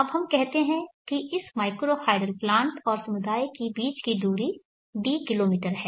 अब हम कहते हैं कि इस माइक्रो हाइडल प्लांट और समुदाय के बीच की दूरी d किलोमीटर है